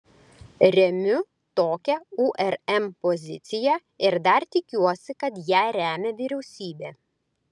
remiu tokią urm poziciją ir dar tikiuosi kad ją remia vyriausybė